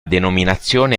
denominazione